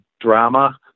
drama